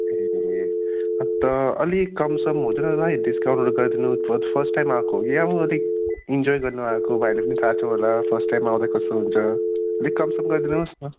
ए अन्त अलि कम सम हुँदैन भाइ डिस्काउन्टहरू गरिदिनु फर द फर्स्ट टाइम आएको यहाँ अलिक इन्जोय गर्नु आएको भाइलाई पनि थाहा छ होला फर्स्ट टाइम आउँदा कस्तो हुन्छ अलिक कम सम गरिदिनोस् न